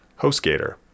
HostGator